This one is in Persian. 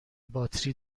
باتری